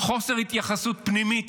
חוסר התייחסות פנימית,